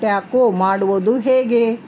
taco ಮಾಡುವುದು ಹೇಗೆ